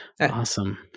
awesome